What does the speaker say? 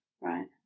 right